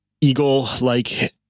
eagle-like